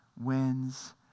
wins